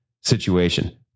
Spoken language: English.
situation